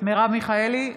מרב מיכאלי,